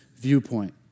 viewpoint